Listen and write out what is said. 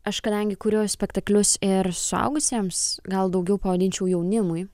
aš kadangi kuriu spektaklius ir suaugusiems gal daugiau pavadinčiau jaunimui